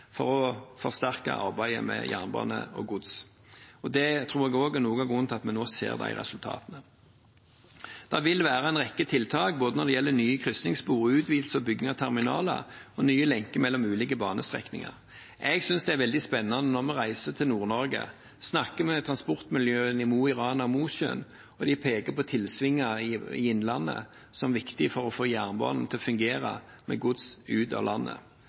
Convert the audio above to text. for å forsterke arbeidet med jernbane og gods. Det tror jeg er noe av grunnen til at vi nå ser de resultatene. Det vil være en rekke tiltak når det gjelder både nye kryssingsspor, utvidelse og bygging av terminaler og nye lenker mellom ulike banestrekninger. Jeg synes det er veldig spennende når vi reiser til Nord-Norge og snakker med transportmiljøene i Mo i Rana og Mosjøen, og de peker på tilsvinger i innlandet som viktig for å få jernbanen til å fungere med gods ut av landet.